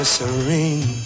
serene